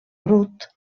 brut